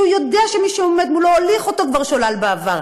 כשהוא יודע שמי שעומד מולו הוליך אותו כבר שולל בעבר.